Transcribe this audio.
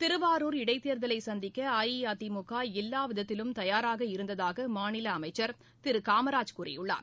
திருவாரூர் இடைத்தேர்தலை சந்திக்க அஇஅதிமுக எல்லா விதத்திலும் தயாராக இருந்ததாக மாநில அமைச்சர் திரு காமராஜ் கூறியுள்ளார்